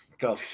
Go